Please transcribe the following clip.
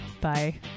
bye